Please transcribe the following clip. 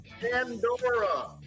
Pandora